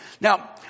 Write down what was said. Now